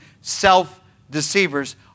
self-deceivers